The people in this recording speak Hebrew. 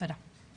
תודה.